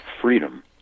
freedom